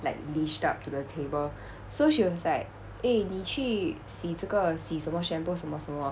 like leeched up to the table so she was like eh 你去洗这个洗什么 shampoo 什么什么